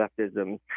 leftism